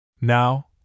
Now